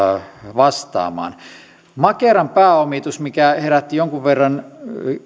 vastaamaan makeran pääomitus herätti jonkun verran